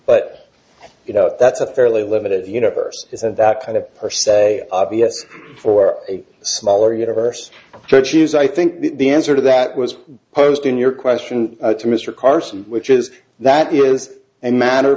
but you know that's a fairly limited universe isn't that kind of or say obvious for a smaller universe to choose i think the answer to that was posed in your question to mr carson which is that is and matter